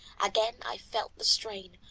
again i felt the strain,